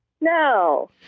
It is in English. No